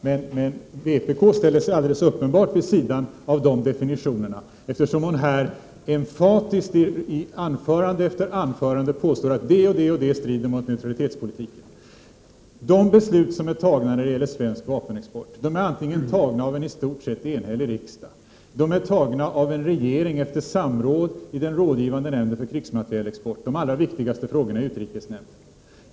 Men vpk ställer sig alldeles uppenbart vid sidan av de definitionerna. I anförande efter anförande påstår ju Gudrun Schyman här med emfas att det och det och det strider mot neutralitetspolitiken. Besluten om svensk vapenexport är fattade av en i stort sett enhällig riksdag eller av regeringen efter samråd i den rådgivande nämnden för krigsmaterielexport eller när det gäller de allra viktigaste frågorna i utrikesnämnden.